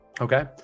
okay